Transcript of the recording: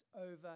over